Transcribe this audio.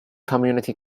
community